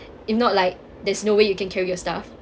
it not like there's no way you can carry your stuff